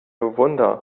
wunder